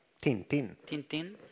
Tintin